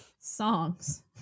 songs